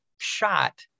shot